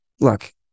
Look